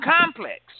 complex